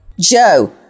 Joe